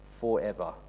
forever